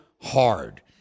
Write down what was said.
hard